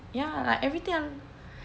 ya like everything